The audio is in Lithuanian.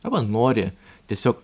arba nori tiesiog